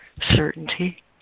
certainty